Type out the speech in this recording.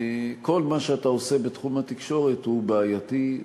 כל מה שאתה עושה בתחום התקשורת הוא בעייתי,